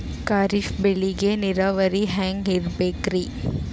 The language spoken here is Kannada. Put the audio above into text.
ಖರೀಫ್ ಬೇಳಿಗ ನೀರಾವರಿ ಹ್ಯಾಂಗ್ ಇರ್ಬೇಕರಿ?